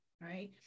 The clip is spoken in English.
right